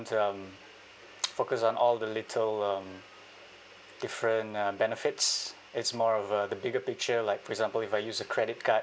um focus on all the little um different uh benefits it's more of uh the bigger picture like for example if I use a credit card